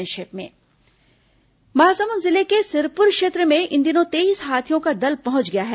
संक्षिप्त समाचार महासमुंद जिले के सिरपुर क्षेत्र में इन दिनों तेईस हाथियों का दल पहुंच गया है